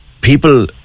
people